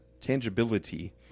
tangibility